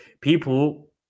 people